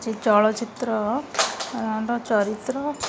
ଚଳଚ୍ଚିତ୍ର ଚରିତ୍ର